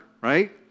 right